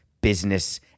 business